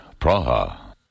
Praha